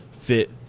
fit